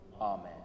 Amen